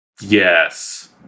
Yes